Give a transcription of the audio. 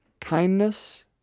kindness